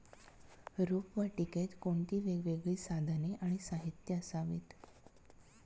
रोपवाटिकेत कोणती वेगवेगळी साधने आणि साहित्य असावीत?